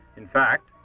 in fact,